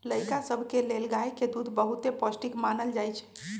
लइका सभके लेल गाय के दूध बहुते पौष्टिक मानल जाइ छइ